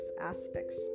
aspects